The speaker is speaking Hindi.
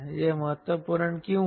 यह महत्वपूर्ण क्यों है